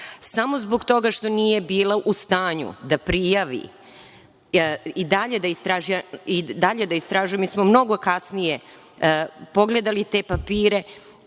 zbog toga što nije bila u stanju da prijavi i dalje da istražuje, mi smo mnogo kasnije pogledali te papire